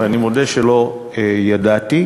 ואני מודה שלא ידעתי.